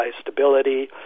stability